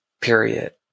period